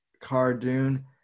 Cardoon